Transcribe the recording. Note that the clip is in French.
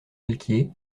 alquier